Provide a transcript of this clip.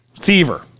Fever